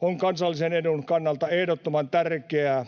On kansallisen edun kannalta ehdottoman tärkeää,